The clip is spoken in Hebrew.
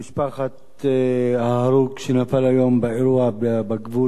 ההרוג שנפל היום באירוע בגבול בניצנה,